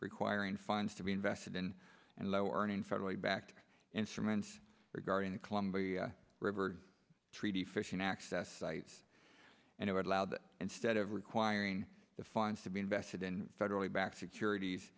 requiring funds to be invested in and low earning federally backed instruments regarding the columbia river treaty fishing access sites and it would allow that instead of requiring the funds to be invested in federally backed securit